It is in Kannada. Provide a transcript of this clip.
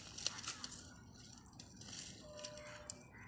ಕಬ್ಬು ಯಾವಾಗ ಹಾಕಬೇಕು?